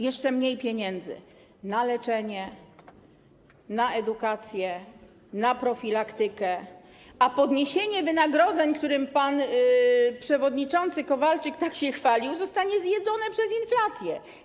Jeszcze mniej pieniędzy: na leczenie, na edukację, na profilaktykę, a podniesienie wynagrodzeń, którym pan przewodniczący Kowalczyk tak się chwalił, zostanie zjedzone przez inflację.